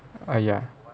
oh ya